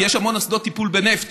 כי יש המון אסדות טיפול בנפט,